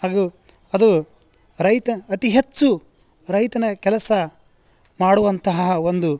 ಹಾಗೂ ಅದು ರೈತ ಅತಿ ಹೆಚ್ಚು ರೈತನ ಕೆಲಸ ಮಾಡುವಂತಹ ಒಂದು